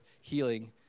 healing